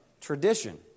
tradition